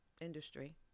industry